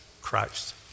Christ